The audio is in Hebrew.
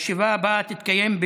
הישיבה הבאה תתקיים